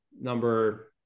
number